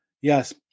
Yes